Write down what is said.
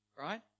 Right